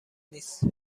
نیست